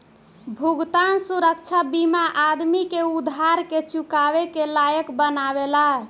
भुगतान सुरक्षा बीमा आदमी के उधार के चुकावे के लायक बनावेला